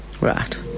Right